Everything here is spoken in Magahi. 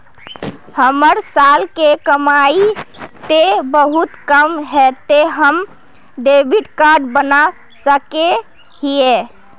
हमर साल के कमाई ते बहुत कम है ते हम डेबिट कार्ड बना सके हिये?